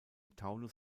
taunus